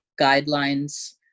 guidelines